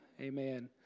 Amen